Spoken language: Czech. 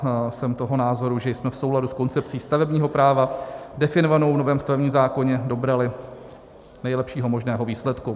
A jsem toho názoru, že jsme v souladu s koncepcí stavebního práva definovanou v novém stavebním zákoně dobrali nejlepšího možného výsledku.